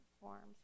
forms